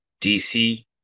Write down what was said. DC